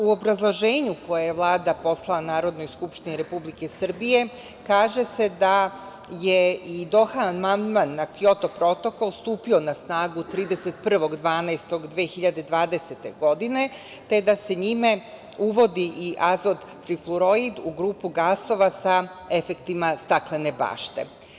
U obrazloženju koje je Vlada poslala Narodnoj skupštini Republike Srbije, kaže se da je i Doha amandman na Kjoto protokol stupio na snagu 31.12.2020. godine, te da se njime uvodi i azot trifluorid u grupu gasova sa efektima staklene bašte.